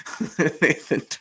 Nathan